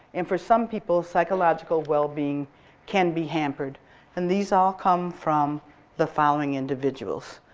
and for some people, psychological well being can be hampered and these all come from the following individuals,